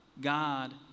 God